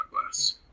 glass